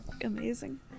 Amazing